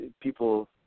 people